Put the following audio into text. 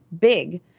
big